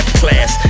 class